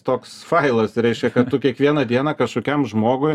toks failas reiškia kad tu kiekvieną dieną kažkokiam žmogui